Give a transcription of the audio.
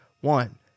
One